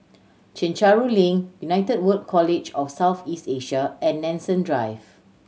Chencharu Link United World College of South East Asia and Nanson Drive